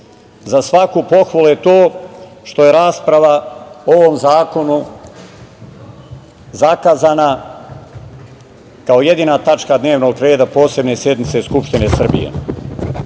svaku pohvalu je to što je rasprava o ovom zakonu zakazana kao jedina tačka dnevnog reda posebne sednice Skupštine Srbije.